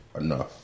enough